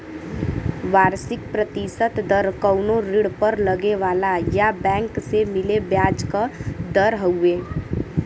वार्षिक प्रतिशत दर कउनो ऋण पर लगे वाला या बैंक से मिले ब्याज क दर हउवे